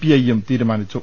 ഐയും തീരുമാനിച്ചു